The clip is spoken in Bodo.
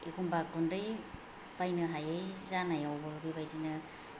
एखम्बा गुन्दै बायनो हायै जानायावबो बेबादिनो